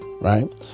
Right